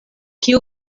kiu